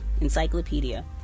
encyclopedia